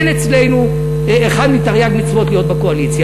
אין אצלנו אחת מתרי"ג מצוות להיות בקואליציה.